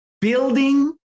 Building